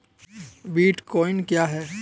Bitcoin क्या है?